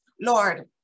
Lord